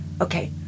okay